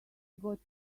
got